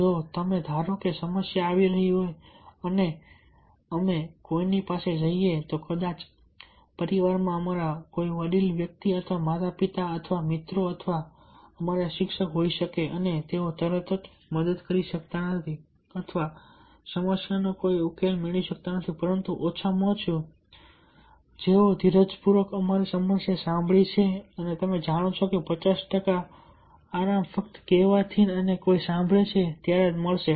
જો તમને ધારો કે સમસ્યા આવી રહી હોય અને અમે કોઈની પાસે જઈએ તો કદાચ પરિવારમાં અમારા કોઈ વડીલ વ્યક્તિ અથવા માતા પિતા અથવા મિત્રો અથવા અમારા શિક્ષક હોઈ શકે અને તેઓ તરત જ મદદ કરી શકતા નથી અથવા સમસ્યાનો કોઈ ઉકેલ મેળવી શકતા નથી પરંતુ ઓછામાં ઓછું તેઓએ ધીરજપૂર્વક અમારી સમસ્યા સાંભળી છે તમે જાણો છો કે પચાસ ટકા આરામ ફક્ત કહેવાથી અને કોઈ સાંભળે છે ત્યારે મળશે